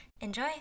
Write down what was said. Enjoy